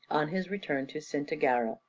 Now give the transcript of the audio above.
on his return to cintagara,